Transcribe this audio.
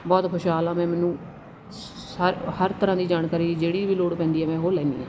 ਬਹੁਤ ਖੁਸ਼ਹਾਲ ਹਾਂ ਮੈਂ ਮੈਨੂੰ ਸਾ ਹਰ ਤਰ੍ਹਾਂ ਦੀ ਜਾਣਕਾਰੀ ਜਿਹੜੀ ਵੀ ਲੋੜ ਪੈਂਦੀ ਹੈ ਮੈਂ ਉਹ ਲੈਂਦੀ ਹਾਂ